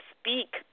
speak